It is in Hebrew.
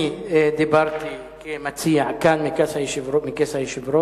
אני דיברתי כמציע כאן מכס היושב-ראש,